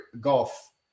golf